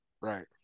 Right